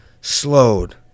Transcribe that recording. slowed